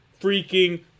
freaking